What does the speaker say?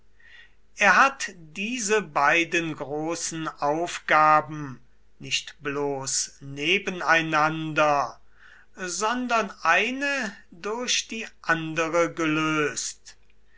er hat diese beiden großen aufgaben nicht bloß nebeneinander sondern eine durch die andere gelöst